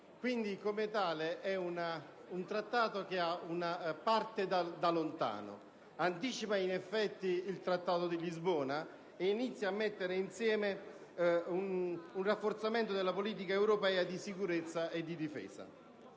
Quindi, è un trattato che parte da lontano; anticipa in effetti il Trattato di Lisbona ed inizia a mettere insieme un rafforzamento della politica europea di sicurezza e di difesa.